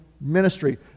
ministry